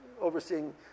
overseeing